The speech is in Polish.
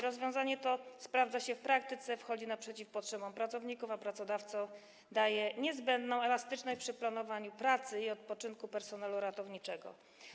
Rozwiązanie to sprawdza się w praktyce, wychodzi naprzeciw potrzebom pracowników, a pracodawcom daje niezbędną elastyczność przy planowaniu pracy i odpoczynku personelu ratowniczego.